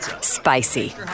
Spicy